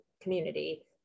community